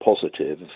positive